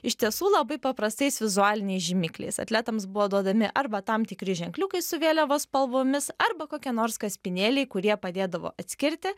iš tiesų labai paprastais vizualiniai žymikliais atletams buvo duodami arba tam tikri ženkliukai su vėliavos spalvomis arba kokie nors kaspinėliai kurie padėdavo atskirti